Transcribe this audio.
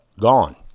gone